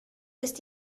ist